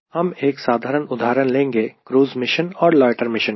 हम एक साधारण उदाहरण लेंगे क्रूज़ मिशन और लोयटर मिशन का